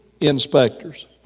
inspectors